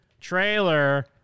trailer